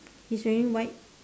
he's wearing white